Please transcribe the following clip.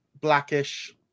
Blackish